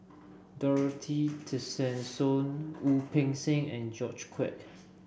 Dorothy Tessensohn Wu Peng Seng and George Quek